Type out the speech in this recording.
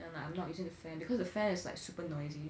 and like I'm not using the fan because the fan is like super noisy